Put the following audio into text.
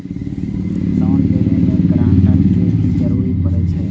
Loan लेबे में grantor के भी जरूरी परे छै?